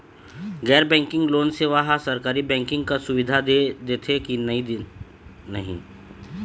गैर banking loan सेवा हा सरकारी बैंकिंग कस सुविधा दे देथे कि नई नहीं?